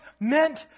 meant